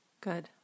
Good